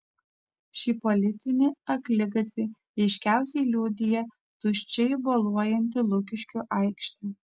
šį politinį akligatvį aiškiausiai liudija tuščiai boluojanti lukiškių aikštė